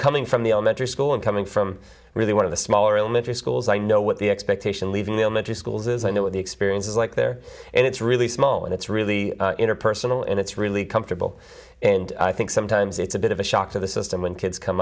coming from the elementary school and coming from really one of the smaller elementary schools i know what the expectation leave in the elementary schools is i know what the experience is like there and it's really small and it's really interpersonal and it's really comfortable and i think sometimes it's a bit of a shock to the system when kids come